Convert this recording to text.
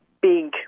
big